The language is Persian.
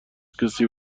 کسی